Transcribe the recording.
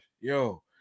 Yo